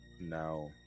now